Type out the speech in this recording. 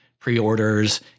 pre-orders